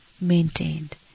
maintained